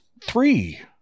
three